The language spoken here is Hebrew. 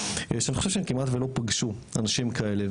שאני חושב שהם כמעט ולא פגשו אנשים כאלה,